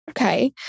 Okay